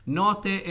note